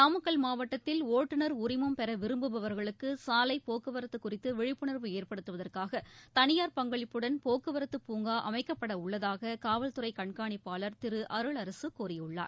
நாமக்கல் மாவட்டத்தில் ஒட்டுநர் உரிமம் பெற விரும்புபவர்களுக்கு சாலை போக்குவரத்து குறித்து விழிப்புணர்வை ஏற்படுத்துவதற்காக தனியார் பங்களிப்புடன் போக்குவரத்துப் பூங்கா அமைக்கப்படவுள்ளதாக காவல்துறை கண்காணிப்பாளர் திரு அருளரசு கூறியுள்ளார்